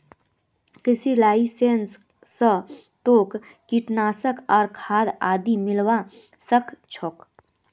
कृषि लाइसेंस स तोक कीटनाशक आर खाद आदि मिलवा सख छोक